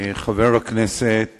חבר הכנסת